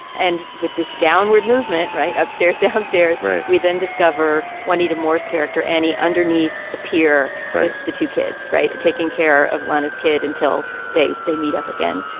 and with this downward movement right upstairs downstairs we then discover one key to moore's character annie underneath the pier right. the two kids right taking care of linus kid until they they meet up again.